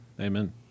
Amen